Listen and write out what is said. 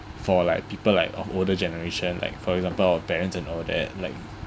for like people like of older generation like for example our parents and all that like